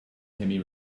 timmy